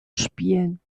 spielen